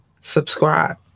subscribe